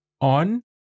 on